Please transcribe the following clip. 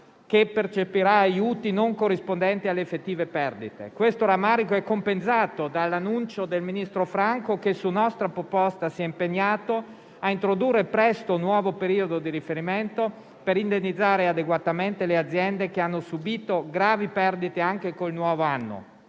che percepirà aiuti non corrispondenti alle effettive perdite. Questo rammarico è compensato dall'annuncio del ministro Franco, che su nostra proposta si è impegnato a introdurre presto un nuovo periodo di riferimento per indennizzare adeguatamente le aziende che hanno subito gravi perdite anche con il nuovo anno.